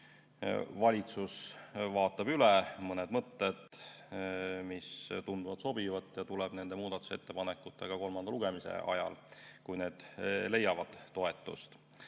valitsus vaatab üle mõned mõtted, mis tunduvad sobivat, ja tuleb nende muudatusettepanekutega siia kolmanda lugemise ajal, kui need on leidnud toetust. Aga